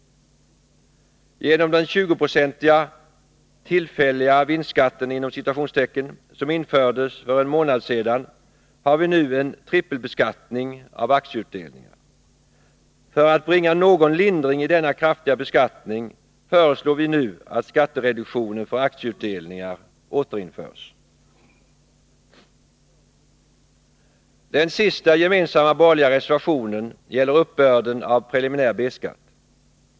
Genom den 20-procentiga ”tillfälliga vinstskatten”, som infördes för en månad sedan, har vi nu en trippelbeskattning av aktieutdelningar. För att bringa någon lindring i denna kraftiga beskattning föreslår vi nu att skattereduktionen för aktieutdelningar återinförs. Den sista gemensamma borgerliga reservationen gäller uppbörden om preliminär B-skatt.